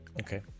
okay